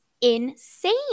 insane